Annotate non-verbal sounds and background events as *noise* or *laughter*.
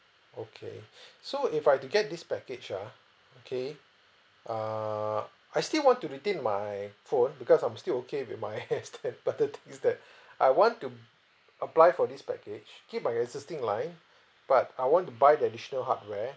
okay *breath* so if I have to get this package ah okay err I still want to retain my phone because I'm still okay with my *laughs* S ten but the thing is that *breath* I want to apply for this package keep my existing line *breath* but I want to buy the additional hardware